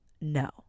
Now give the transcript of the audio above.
No